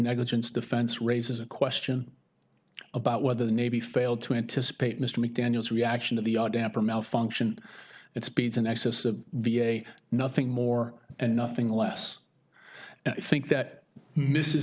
negligence defense raises a question about whether the navy failed to anticipate mr mcdaniels reaction to the odd damper malfunction it's beads an excess of v a nothing more and nothing less i think that this is